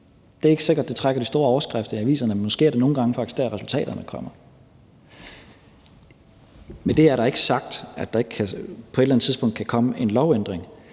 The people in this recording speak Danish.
Det er ikke sikkert, at det trækker de store overskrifter i aviserne, men måske er det faktisk nogle gange der, resultaterne kommer. Med det har jeg ikke sagt, at der ikke på et eller andet tidspunkt kan komme en lovændring.